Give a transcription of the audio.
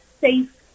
safe